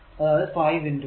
അതായതു 5 4